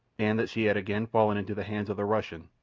and that she had again fallen into the hands of the russian,